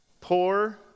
poor